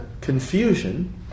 confusion